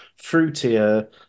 fruitier